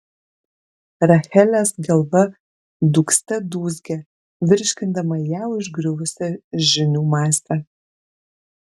rachelės galva dūgzte dūzgė virškindama ją užgriuvusią žinių masę